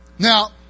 Now